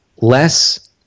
less